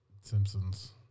Simpsons